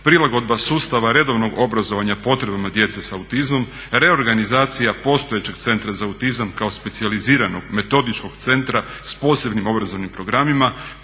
prilagodba sustava redovnog obrazovanja potrebama djece sa autizmom, reorganizacija postojećeg centra za autizam kao specijaliziranog metodičkog centra sa posebnim obrazovnim programima,